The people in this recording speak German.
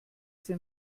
sie